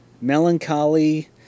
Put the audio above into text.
melancholy